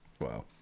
wow